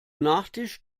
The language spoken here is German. nachtisch